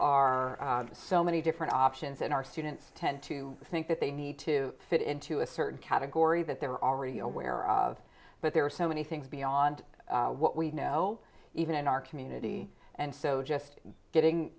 are so many different options and our students tend to think that they need to fit into a certain category that they're already aware of but there are so many things beyond what we know even in our community and so just getting